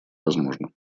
возможно